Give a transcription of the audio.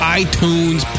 iTunes